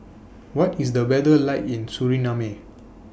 What IS The weather like in Suriname